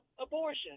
abortion